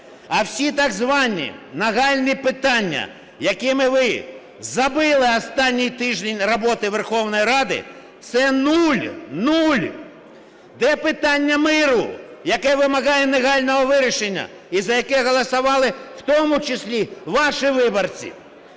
А всі так звані нагальні питання, якими ви забили останній тиждень роботи Верховної Ради, – це нуль, нуль! Де питання миру, яке вимагає негайного вирішення і за яке голосували в тому числі ваші виборці?